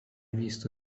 visto